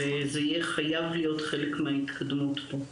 זה יהיה חייב להיות חלק מההתקדמות פה.